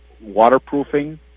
waterproofing